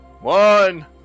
One